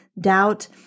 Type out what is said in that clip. doubt